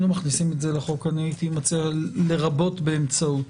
מכניסים את זה לחוק, הייתי מציע לרבות באמצעות.